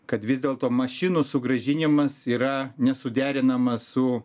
kad vis dėlto mašinų sugrąžinimas yra nesuderinamas su